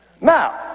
Now